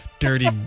Dirty